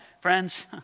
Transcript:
Friends